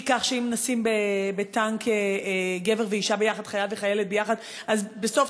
שאם נשים בטנק חייל וחיילת יחד אז בסוף